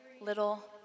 little